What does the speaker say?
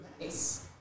nice